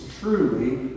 truly